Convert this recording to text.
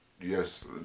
Yes